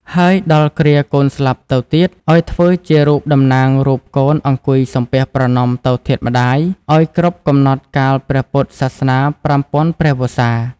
ហើយដល់គ្រាកូនស្លាប់ទៅទៀត ឱ្យធ្វើជារូបតំណាងរូបកូនអង្គុយសំពះប្រណម្យទៅធាតុម្តាយ ឱ្យគ្រប់កំណត់កាលព្រះពុទ្ធសាសនាប្រាំពាន់ព្រះវស្សា។